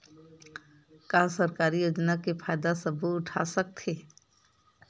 का सरकारी योजना के फ़ायदा सबो उठा सकथे?